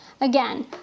Again